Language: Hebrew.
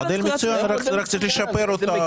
זה מודל מצוין, רק צריך לשפר אותו בשוליים.